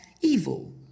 evil